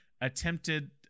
attempted